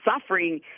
suffering